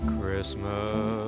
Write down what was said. Christmas